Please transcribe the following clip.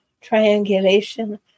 triangulation